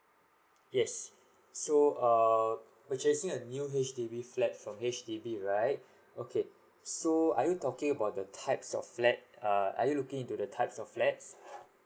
yes so err purchasing a new H_D_B flat from H_D_B right okay so are you talking about the types of flat err are you looking into the types of flats